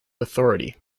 authority